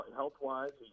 health-wise